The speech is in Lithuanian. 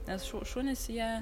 nes šu šunys jie